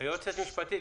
היועצת משפטית.